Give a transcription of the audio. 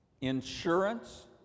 insurance